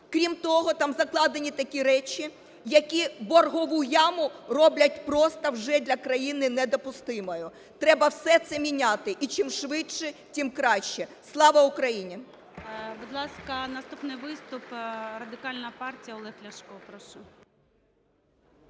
Крім того, там закладені такі речі, які боргову яму роблять просто вже для країни недопустимою. Треба все це міняти. І чим швидше, тим краще. Слава Україні!